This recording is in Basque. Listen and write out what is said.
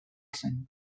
zen